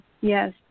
Yes